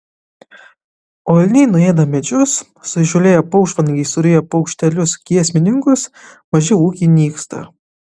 o elniai nuėda medžius suįžūlėję paukštvanagiai suryja paukštelius giesmininkus maži ūkiai nyksta